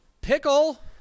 Pickle